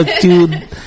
dude